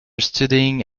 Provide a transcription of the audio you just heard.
studying